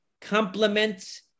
complement